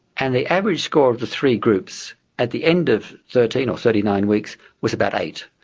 and the average score of the three groups at the end of thirteen or thirty nine weeks was about eight.